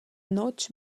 notg